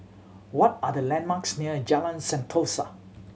what are the landmarks near Jalan Sentosa